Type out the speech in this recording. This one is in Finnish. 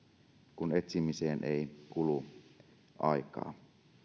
kun etsimiseen ei kulu aikaa